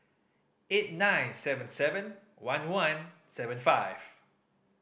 eight nine seven seven one one seven five